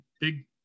big